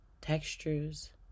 textures